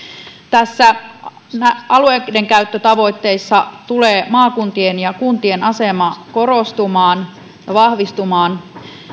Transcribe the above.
näissä alueidenkäyttötavoitteissa tulee maakuntien ja kuntien asema korostumaan ja vahvistumaan